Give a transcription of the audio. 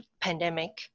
pandemic